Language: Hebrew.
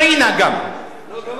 לא, גם התקשורת, אין מרינה.